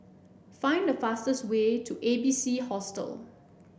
find the fastest way to A B C Hostel